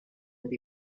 with